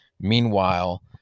Meanwhile